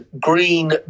green